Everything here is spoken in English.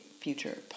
future